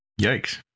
Yikes